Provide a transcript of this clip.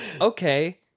okay